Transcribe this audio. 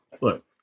look